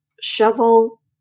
shovel